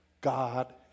God